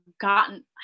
gotten